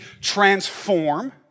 transform